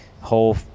whole